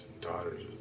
daughters